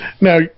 Now